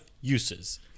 uses